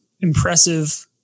impressive